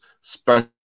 special